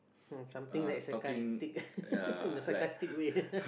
hmm something that is sarcastic the sarcastic way